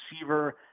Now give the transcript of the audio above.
receiver